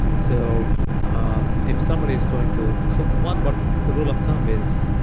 so um if somebody's going to. so one but rule of thumb is.